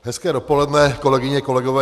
Hezké dopoledne, kolegyně, kolegové.